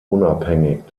unabhängig